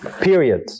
Period